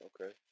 Okay